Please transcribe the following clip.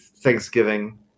Thanksgiving